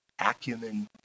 acumen